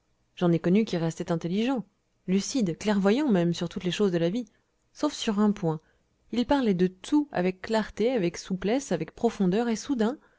j'en ai connu qui restaient intelligents lucides clairvoyants même sur toutes les choses de la vie sauf sur un point ils parlaient de tout avec clarté avec souplesse avec profondeur et soudain